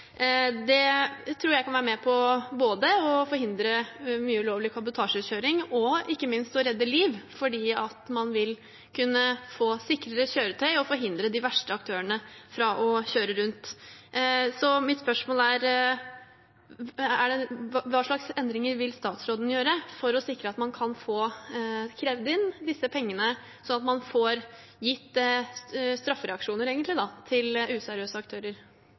Det tror jeg kan være med på både å forhindre mye ulovlig kabotasjekjøring og ikke minst å redde liv, fordi man vil kunne få sikrere kjøretøy og forhindre de verste aktørene fra å kjøre rundt. Så mitt spørsmål er: Hva slags endringer vil statsråden gjøre for å sikre at man kan få krevd inn disse pengene, slik at man får gitt straffereaksjoner til useriøse aktører?